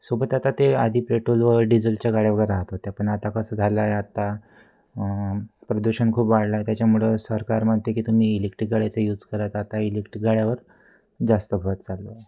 सोबत आता ते आधी पेट्रोल व डिझलच्या गाड्या वगैरे राहत होत्या पण आता कसं झालं आहे आता प्रदूषण खूप वाढलं आहे त्याच्यामुळं सरकार म्हणते आहे की तुम्ही इलेक्ट्रिक गाड्यांचा यूज करा तर आता इलेक्टिक गाड्यांवर जास्त भर चालू आहे